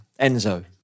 Enzo